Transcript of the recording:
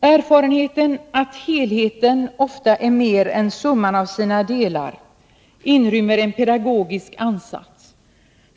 Erfarenheten att helheten ofta är mer än summan av sina delar inrymmer en pedagogisk ansats.